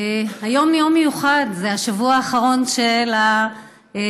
היום יום מיוחד, זה השבוע האחרון של המליאה,